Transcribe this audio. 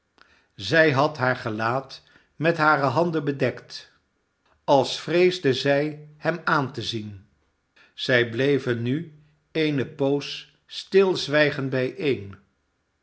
zij had haar gelaat met hare handen bedekt als vreesde zij hem aan te zien zij bleven nu eene poos stilzwijgend bijeen